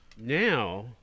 Now